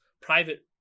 private